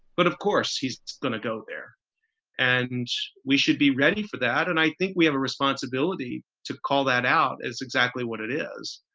but of course, he's going to go there and we should be ready for that. and i think we have a responsibility to call that out is exactly what it is,